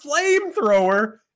flamethrower